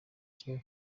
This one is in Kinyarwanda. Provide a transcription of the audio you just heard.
cyo